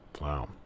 Wow